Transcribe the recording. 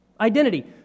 Identity